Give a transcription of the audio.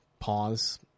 pause